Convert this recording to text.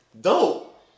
Dope